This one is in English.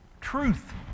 truth